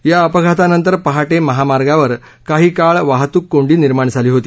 या अपघातानंतर पहाटे महामार्गावर काही काळ वाहतूक कोंडी झाली होती